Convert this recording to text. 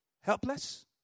helpless